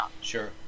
sure